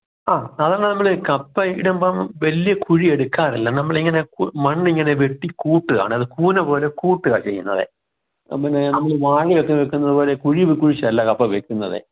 അ അതാ കപ്പ ഇടുമ്പം വലിയ കുഴി എടുക്കാറില്ല നമ്മൾ ഇങ്ങനെ മണ്ണ് ഇങ്ങനെ വെട്ടി കൂട്ടുകയാണ് അത് കൂനപോലെ കൂട്ടുക ചെയ്യുന്നത് പിന്നെ നമ്മൾ വാഴ ഒക്കെ വയ്ക്കുന്ന പോലെ കുഴി കുഴിച്ചല്ല കപ്പ വയ്ക്കുന്നത്